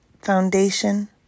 foundation